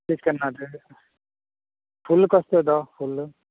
piece करनात फुल्ल कसो तर तो फुल्ल